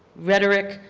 rhetoric,